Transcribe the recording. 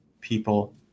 people